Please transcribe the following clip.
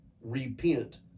repent